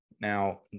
Now